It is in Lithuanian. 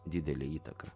didelę įtaką